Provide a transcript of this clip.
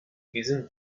isn’t